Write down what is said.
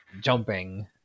jumping